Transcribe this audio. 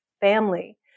family